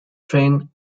train